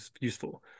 useful